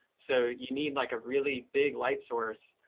so you need like a really big light source,